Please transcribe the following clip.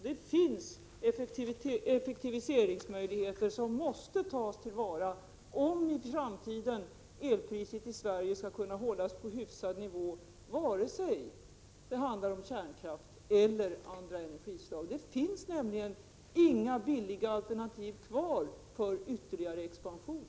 Det finns effektiviseringsmöjligheter som måste tas till vara om elpriset i Sverige i framtiden skall kunna hållas på en hyfsad nivå, vare sig det handlar om kärnkraft eller om andra energislag. Det finns nämligen inga billiga alternativ kvar för en ytterligare expansion.